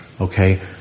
Okay